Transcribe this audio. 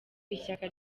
ishyaka